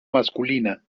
masculina